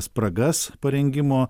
spragas parengimo